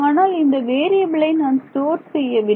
ஆனால் இந்த வேறியபிலை நான் ஸ்டோர் செய்யவில்லை